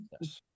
Yes